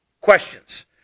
questions